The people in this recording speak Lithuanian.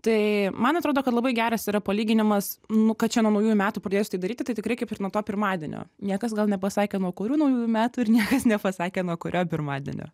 tai man atrodo kad labai geras yra palyginimas nu kad čia nuo naujųjų metų pradėsiu tai daryti tai tikrai kaip ir nuo to pirmadienio niekas gal nepasakė nuo kurių naujųjų metų ir niekas nepasakė nuo kurio pirmadienio